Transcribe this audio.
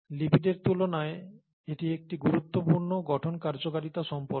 লিপিডের তুলনায় এটি একটি গুরুত্বপূর্ণ গঠন কার্যকারিতা সম্পর্ক